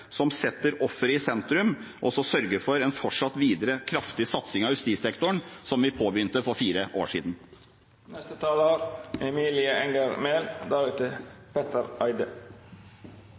som setter offeret i sentrum, og som sørger for en fortsatt kraftig satsing av justissektoren som vi påbegynte for fire år